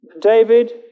David